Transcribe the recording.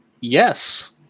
Yes